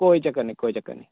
कोई चक्कर निं कोई चक्कर निं